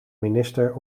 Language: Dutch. minister